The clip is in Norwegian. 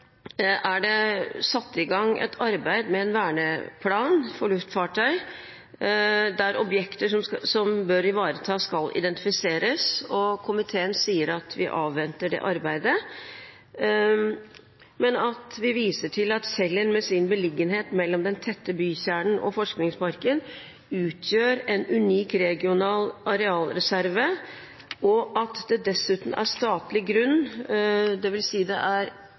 Det er satt i gang et arbeid med en verneplan for luftfartøy, der objekter som bør ivaretas, skal identifiseres. Komiteen sier at vi avventer det arbeidet, men at vi viser til at Kjeller, med sin beliggenhet mellom den tette bykjernen og Forskningsparken, utgjør en unik regional arealreserve, og at det dessuten er statlig grunn, dvs. at det er